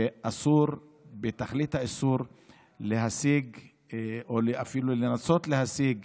שאסור בתכלית האיסור להשיג או לנסות להשיג